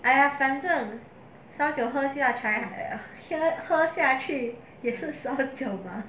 !aiya! 反正烧酒喝下才喝下去也是烧酒吗